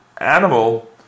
animal